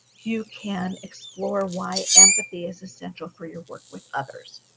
you can explore why empathy is essential for your work with others.